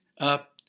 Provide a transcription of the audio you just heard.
up